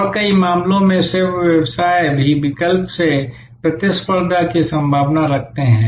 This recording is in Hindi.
और कई मामलों में सेवा व्यवसाय भी विकल्प से प्रतिस्पर्धा की संभावना रखते हैं